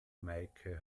meike